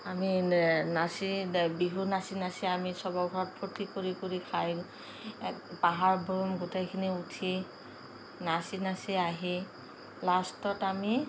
আমি নাচি বিহু নাচি নাচি আমি চবৰে ঘৰত ফূৰ্তি কৰি কৰি খাই এক পাহাৰ ভৈয়াম গোটেইখিনি উঠি নাচি নাচি আহি লাষ্টত আমি